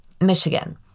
Michigan